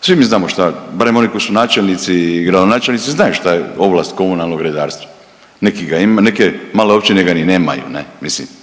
Svi mi znamo šta, barem oni koji su načelnici i gradonačelnici znaju šta je ovlast komunalnog redarstva, neki ga, neke male općine ga ni nemaju ne mislim.